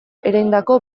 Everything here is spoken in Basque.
ereindako